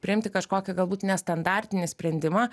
priimti kažkokį galbūt nestandartinį sprendimą